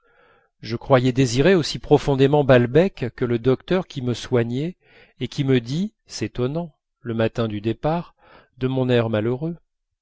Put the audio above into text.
je croyais désirer aussi profondément balbec que le docteur qui me soignait et qui me dit s'étonnant le matin du départ de mon air malheureux